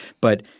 But-